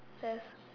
there's